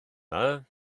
dda